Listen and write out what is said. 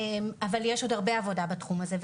אבל יש עוד הרבה מאוד עבודה בתחום הזה.